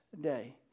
day